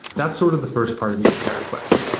that's sort of the first part of the api request.